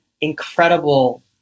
incredible